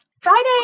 Friday